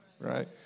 right